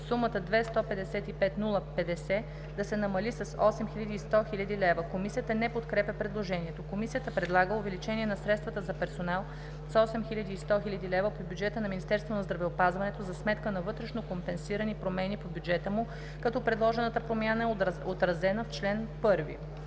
сумата „2 155 050,0“ да се намали с 8 100,0 хил. лв. Комисията не подкрепя предложението. Комисията предлага увеличение на средствата за персонал с 8100,0 хил. лв. по бюджета на Министерството на здравеопазването за сметка на вътрешно-компенсирани промени по бюджета му, като предложената промяна е отразена в чл. 1.